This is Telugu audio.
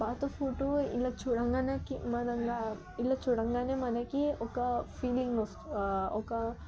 పాత ఫోటో ఇలా చూడంగానేకి మనం లా ఇలా చూడంగానే మనకి ఒక ఫీలింగ్ వస్తు ఒక